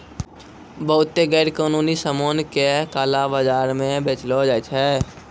बहुते गैरकानूनी सामान का काला बाजार म बेचलो जाय छै